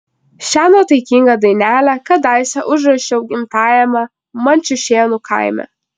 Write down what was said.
šią nuotaikingą dainelę kadaise užrašiau gimtajame mančiušėnų kaime